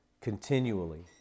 continually